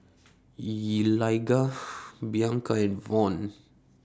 Eligah Bianca and Von